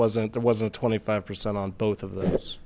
wasn't there was a twenty five percent on both of those